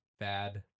Bad